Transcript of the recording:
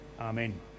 Amen